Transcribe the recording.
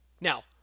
Now